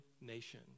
nation